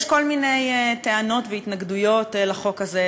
יש כל מיני טענות והתנגדויות לחוק הזה,